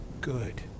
good